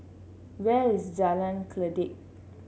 where is Jalan Kledek